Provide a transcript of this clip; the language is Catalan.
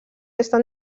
estan